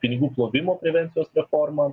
pinigų plovimo prevencijos reforma